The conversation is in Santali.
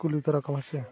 ᱠᱩᱞᱤ ᱛᱚᱨᱟ ᱠᱚᱢ ᱦᱮᱸᱥᱮ